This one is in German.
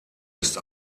ist